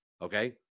Okay